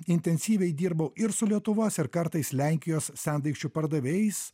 intensyviai dirbau ir su lietuvos ir kartais lenkijos sendaikčių pardavėjais